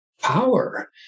power